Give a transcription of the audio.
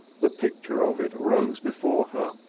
the picture of it rose before her,